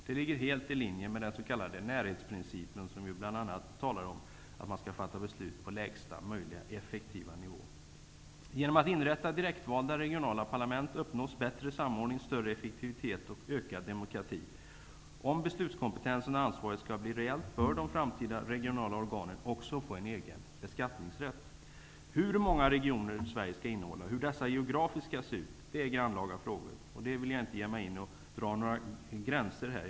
Det ligger helt i linje med den s.k. närhetsprincipen, dvs. att besluten skall fattas på lägsta möjliga effektiva nivå. Genom att inrätta direktvalda regionala parlament uppnås bättre samordning, större effektivitet och ökad demokrati. Om beslutskompetensen och ansvaret skall bli reellt bör de framtida regionala organen också få egen beskattningsrätt. Hur många regioner Sverige skall innehålla och hur dessa geografiskt skall se ut är grannlaga frågor. Jag vill inte ge mig in på att dra några gränser i detta sammanhang.